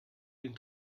den